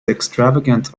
extravagant